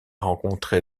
rencontrés